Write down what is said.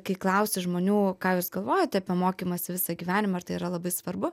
kai klausi žmonių ką jūs galvojate apie mokymąsi visą gyvenimą ar tai yra labai svarbu